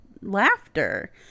laughter